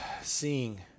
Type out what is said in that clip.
seeing